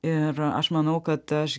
ir aš manau kad aš